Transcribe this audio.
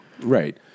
Right